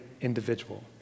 individual